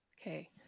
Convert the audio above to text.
Okay